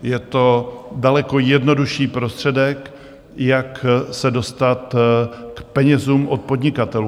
Je to daleko jednodušší prostředek, jak se dostat k penězům od podnikatelů.